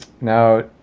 Now